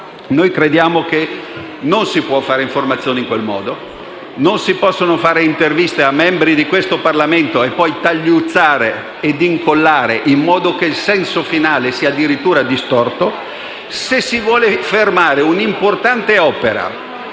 Noi crediamo che non si possa fare informazione in questo modo; che non si possano fare interviste a membri di questo Parlamento e poi tagliuzzarle ed incollarle in modo che il senso finale sia addirittura distorto. Se si vuole fermare una importante opera,